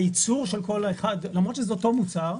הייצור של כל אחד, למרות שזה אותו מוצר,